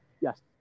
Yes